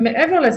מעבר לזה,